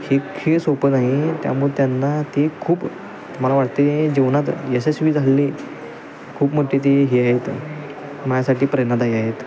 हे खेळ सोपं नाही त्यामुळे त्यांना ते खूप मला वाटते जीवनात यशस्वी झाले खूप मोठी ती हे आहेत माझ्यासाठी प्रेरणादायी आहेत